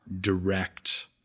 direct